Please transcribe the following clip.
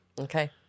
Okay